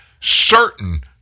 certain